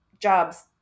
jobs